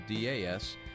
DAS